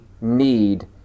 need